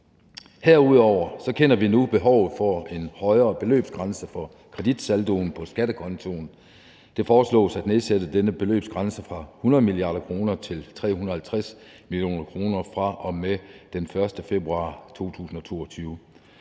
Herudover kender vi nu behovet for en højere beløbsgrænse for kreditsaldoen på skattekontoen. Det foreslås at nedsætte denne beløbsgrænse fra 100 mia. kr. til 350 mio. kr. fra og med den 1. februar 2022.